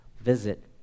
visit